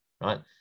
right